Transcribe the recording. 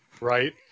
Right